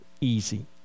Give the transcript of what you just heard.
easy